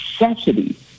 necessity